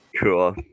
cool